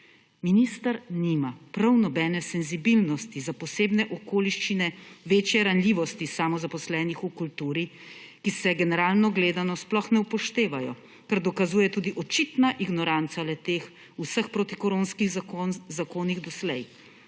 Minister nima prav nobene senzibilnosti za posebne okoliščine večje ranljivosti samozaposlenih v kulturi, ki se generalno gledano sploh ne upoštevajo, kar dokazuje tudi očitna ignoranca le-teh v vseh protikoronskih zakonih doslej.